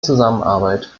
zusammenarbeit